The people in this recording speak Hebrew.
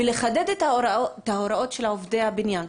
ולחדד את ההוראות של עובדי הבניין.